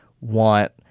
want